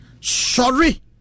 Sorry